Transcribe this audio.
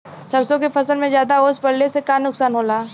सरसों के फसल मे ज्यादा ओस पड़ले से का नुकसान होला?